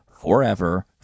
forever